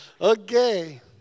Okay